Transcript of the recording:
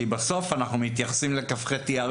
כי בסוף אנחנו מתייחסים לכ״ח באייר,